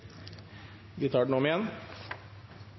Vi tar voteringen om igjen.